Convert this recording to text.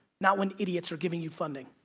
not when idiots are giving you funding.